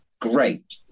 great